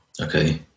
Okay